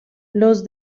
los